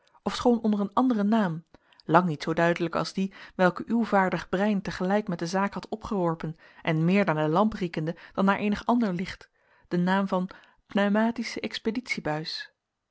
ofschoon onder een anderen naam lang niet zoo duidelijk als dien welken uw vaardig brein tegelijk met de zaak had opgeworpen en meer naar de lamp riekende dan naar eenig ander licht den naam van